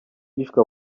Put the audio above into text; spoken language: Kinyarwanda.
hishwe